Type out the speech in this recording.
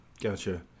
Gotcha